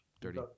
dirty